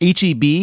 HEB